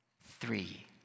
three